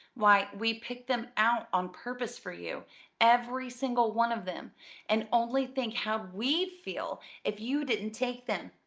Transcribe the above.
why, we picked them out on purpose for you every single one of them and only think how we'd feel if you didn't take them!